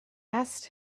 asked